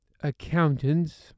accountants